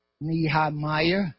Nehemiah